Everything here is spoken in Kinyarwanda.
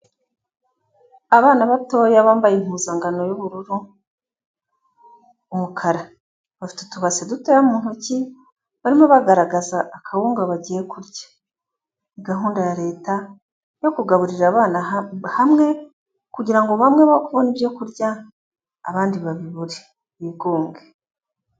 Abana batoya bambaye impuzangano y'ubururu, umukara. Bafite utubase dutoya mu ntoki barimo bagaragaza akawunga bagiye kurya. Gahunda ya Leta yo kugaburira abana hamwe kugira ngo bamwe bokubona ibyo kurya abandi babibure bigunge.